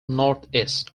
northeast